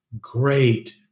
great